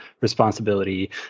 responsibility